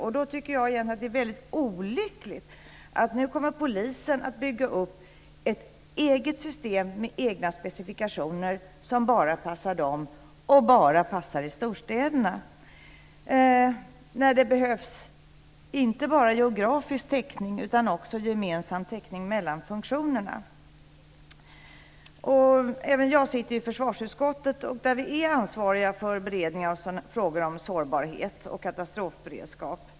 Jag tycker egentligen att det är väldigt olyckligt att polisen nu kommer att bygga upp ett eget system med egna specifikationer som bara passar polisen och bara passar i storstäderna. Det behövs inte bara en geografisk täckning utan också en gemensam täckning mellan funktionerna. Även jag sitter i försvarsutskottet där vi är ansvariga för beredningen av frågor om sårbarhet och katastrofberedskap.